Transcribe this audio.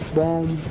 boom,